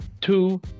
two